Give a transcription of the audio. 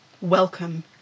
welcome